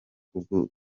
kubwo